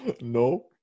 No